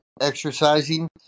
exercising